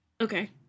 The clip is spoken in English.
Okay